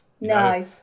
no